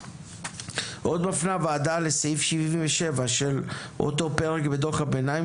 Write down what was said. בפועל...עוד מפנה הוועדה לסעיף 77 של אותו פרק בדו"ח הביניים,